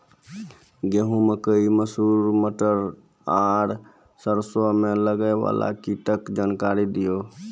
गेहूँ, मकई, मसूर, मटर आर सरसों मे लागै वाला कीटक जानकरी दियो?